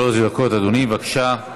עד שלוש דקות, אדוני, בבקשה.